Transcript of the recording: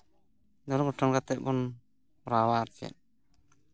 ᱠᱚᱨᱟᱣᱟ ᱟᱨ ᱪᱮᱫ